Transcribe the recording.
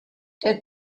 der